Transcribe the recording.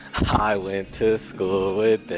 i went to school with them.